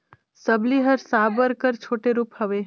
सबली हर साबर कर छोटे रूप हवे